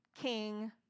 king